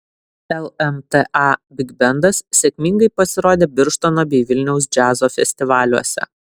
lmta bigbendas sėkmingai pasirodė birštono bei vilniaus džiazo festivaliuose